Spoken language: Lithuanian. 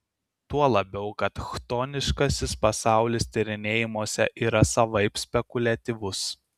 tuo labiau kad chtoniškasis pasaulis tyrinėjimuose yra savaip spekuliatyvus